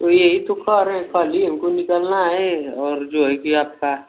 तो यही तो कह रहे हैं कल ही हमको निकलना है और जो है कि आपका